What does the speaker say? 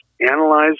analyze